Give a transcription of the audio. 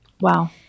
Wow